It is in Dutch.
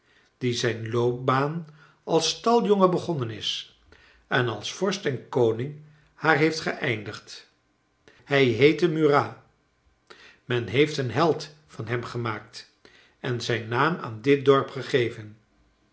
die zijn loopbaan als staljongen begonnen is en als vorst en koning haar heeft geëindigd hij heette murat men heeft een held van hem gemaakt en zijn naam aan dit dorp gegeven